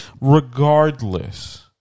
regardless